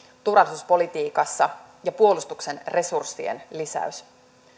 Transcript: turvallisuuspolitiikassa ja puolustuksen resurssien lisäys